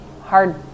hard